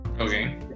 Okay